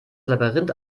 labyrinth